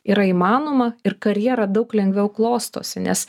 yra įmanoma ir karjera daug lengviau klostosi nes